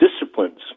disciplines